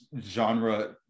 genre